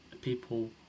people